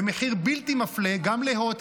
במחיר בלתי מפלה גם להוט,